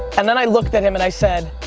and then i looked at him and i said,